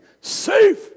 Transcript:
safe